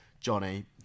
johnny